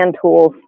tools